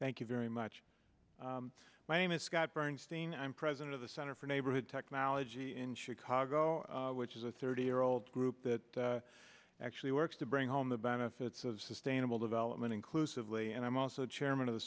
thank you very much my name is scott bernstein i'm president of the center for neighborhood technology in chicago which is a thirty year old group that actually works to bring home the benefits of sustainable development inclusively and i'm also chairman of the